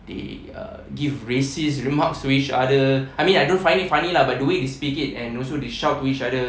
they uh give racist remarks which are the I mean I don't find it funny lah but the way they speak it and also they shout to each other